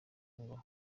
ngo